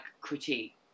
critique